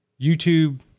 YouTube